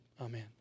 Amen